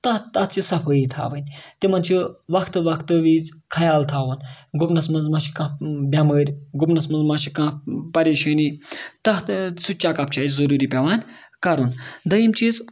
تَتھ تَتھ چھِ صفٲیی تھاوٕنۍ تِمَن چھُ وقتہٕ وقتہٕ وِزِ خیال تھاوُن گُپنَس منٛز مہ چھُ کانٛہہ بٮ۪مٲرۍ گُپنَس منٛز مہ چھِ کانٛہہ پریشٲنی تَتھ سُہ چَکَپ چھِ أسۍ ضٔروٗری پٮ۪وان کَرُن دٔیِم چیٖز